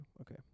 okay